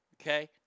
okay